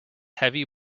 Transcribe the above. heavy